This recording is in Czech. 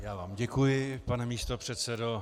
Já vám děkuji, pane místopředsedo.